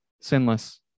sinless